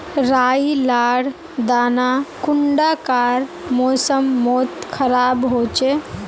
राई लार दाना कुंडा कार मौसम मोत खराब होचए?